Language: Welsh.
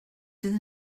sydd